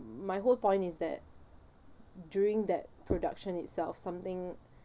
my whole point is that during that production itself something